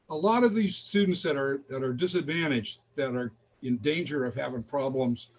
a lot of these students that are that are disadvantaged that are in danger of having problems,